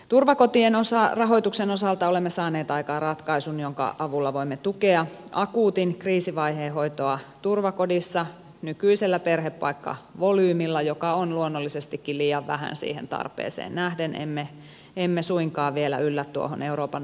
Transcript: turvakotien rahoituksen osalta olemme saaneet aikaan ratkaisun jonka avulla voimme tukea akuutin kriisivaiheen hoitoa turvakodissa nykyisellä perhepaikkavolyymilla joka on luonnollisestikin liian vähäinen siihen tarpeeseen nähden emme suinkaan vielä yllä tuohon euroopan neuvoston suositukseen